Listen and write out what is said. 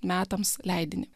metams leidinį